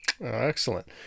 excellent